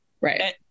right